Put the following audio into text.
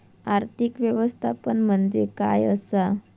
आर्थिक व्यवस्थापन म्हणजे काय असा?